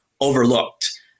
overlooked